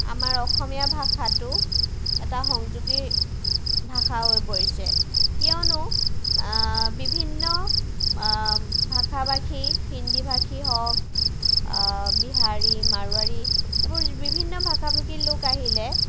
আমাৰ অসমীয়া ভাষাটো এটা সংযোগী ভাষা হৈ পৰিছে কিয়নো বিভিন্ন ভাষা ভাষী হিন্দী ভাষী হওক বিহাৰী মাৰোৱাৰী এইবোৰ বিভিন্ন ভাষা ভাষী লোক আহিলে